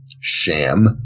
Sham